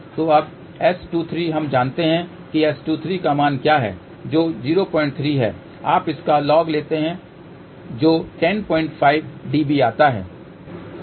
तो अब S23 हम जानते हैं कि S23 का मान क्या है जो 03 है आप इसका लॉग लेते हैं जो 105 dB आता है